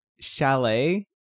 Chalet